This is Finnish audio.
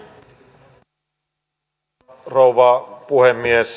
arvoisa rouva puhemies